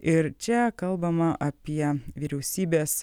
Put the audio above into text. ir čia kalbama apie vyriausybės